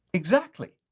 exactly.